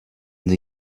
the